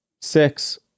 six